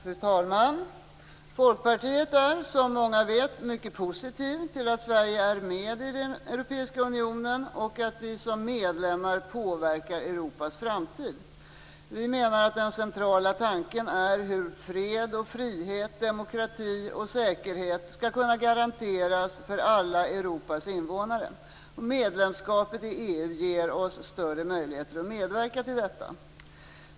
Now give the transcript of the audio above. Fru talman! Vi i Folkpartiet är, som många vet, mycket positiva till att Sverige är med i Europeiska unionen och till att vi som medlemmar påverkar Europas framtid. Vi menar att den centrala tanken är hur fred, frihet, demokrati och säkerhet kan garanteras för alla Europas invånare. Medlemskapet i EU ger oss större möjligheter att medverka till detta.